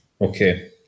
Okay